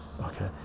okay